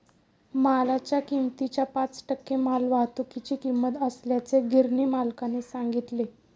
मालाच्या किमतीच्या पाच टक्के मालवाहतुकीची किंमत असल्याचे गिरणी मालकाने सांगितले